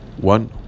one